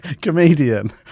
comedian